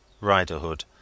riderhood